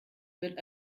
wird